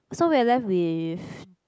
so we're left with